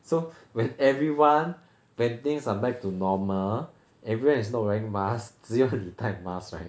so when everyone when things are back to normal everyone is not wearing masks 只有你戴 mask right